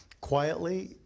quietly